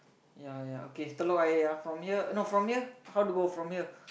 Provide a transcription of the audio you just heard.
ya ya okay Telok Ayer ah from here no from here how to go from here